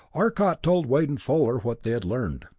arcot told wade and fuller what they had learned.